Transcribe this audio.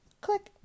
Click